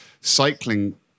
cycling